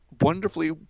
Wonderfully